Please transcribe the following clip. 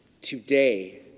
Today